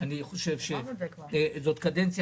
הרחב בנושא.